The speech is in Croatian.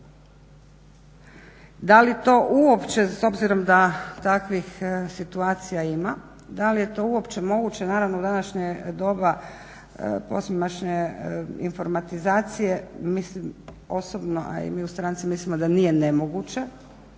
da li je to uopće moguće naravno u današnje doba posvemašnje informatizacije, mislim osobno a i mi u stranci mislimo da nije nemoguće